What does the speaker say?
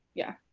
yeah,